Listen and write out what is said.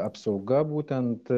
apsauga būtent